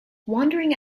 wandering